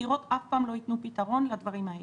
החקירות אף פעם לא יתנו פתרון לדברים האלה.